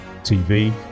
TV